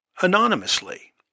anonymously